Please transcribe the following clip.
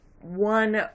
one